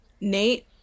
Nate